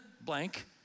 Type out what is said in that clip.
blank